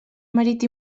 marit